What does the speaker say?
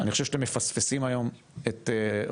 אני חושב שאתם מפספסים היום את רוסיה,